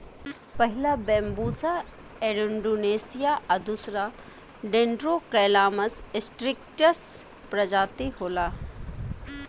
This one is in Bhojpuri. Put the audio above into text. पहिला बैम्बुसा एरुण्डीनेसीया आ दूसरका डेन्ड्रोकैलामस स्ट्रीक्ट्स प्रजाति होला